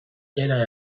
era